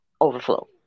overflow